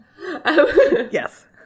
Yes